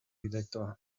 dialektoa